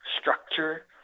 structure